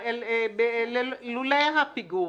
לולא הפיגור